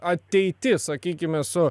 ateiti sakykime su